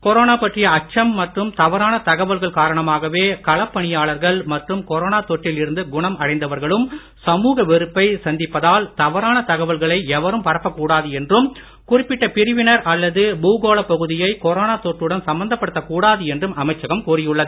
corona பற்றிய அச்சம் மற்றும் தவறான தகவல்கள் காரணமாகவே களப் பணியாளர்கள் மற்றும் கொரோனா தொற்றில் இருந்து குணம் அடைந்தவர்களும் சமூக வெறுப்பை சந்திப்பதால் தவறான தகவல்களை எவரும் பரப்பக் கூடாது என்றும் குறிப்பிட்ட பிரிவினர் அல்லது பூகோளப் பகுதியை கொரோனா தொற்றுடன் சம்பந்தப் படுத்தக் கூடாது என்றும் அமைச்சகம் கூறியுள்ளது